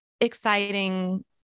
exciting